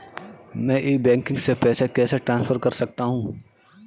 मैं e banking से पैसे कैसे ट्रांसफर कर सकता हूं?